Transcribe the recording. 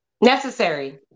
Necessary